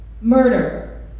murder